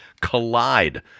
Collide